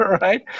right